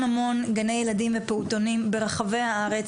המון גני ילדים ופעוטונים ברחבי הארץ,